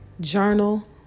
journal